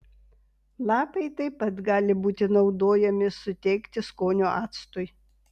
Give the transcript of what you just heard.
lapai taip pat gali būti naudojami suteikti skonio actui